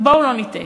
ובואו לא נטעה: